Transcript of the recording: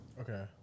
Okay